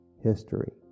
history